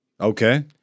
Okay